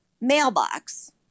mailbox